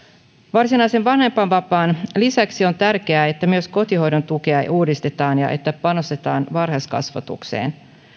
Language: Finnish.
varsinaisen vanhempainvapaan lisäksi on tärkeää että myös kotihoidon tukea uudistetaan ja että panostetaan varhaiskasvatukseen